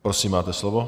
Prosím, máte slovo.